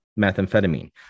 methamphetamine